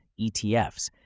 ETFs